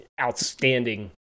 Outstanding